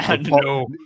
No